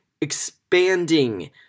expanding